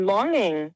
Longing